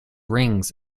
rings